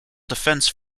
defense